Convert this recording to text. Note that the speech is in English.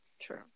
true